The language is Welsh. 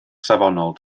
safonol